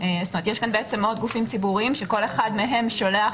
יש פה עוד גופים ציבוריים שכל אחד מהם שולח